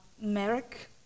Merrick